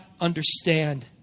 understand